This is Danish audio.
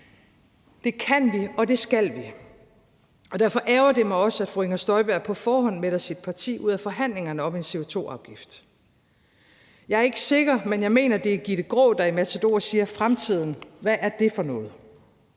Det kan vi, og det skal vi, og derfor ærgrer det mig også, at fru Inger Støjberg på forhånd melder sit parti ud af forhandlingerne om en CO2-afgift. Jeg er ikke sikker, men jeg mener, det er Gitte Graa, der i Matador siger: Fremtiden, hvad er det for noget?.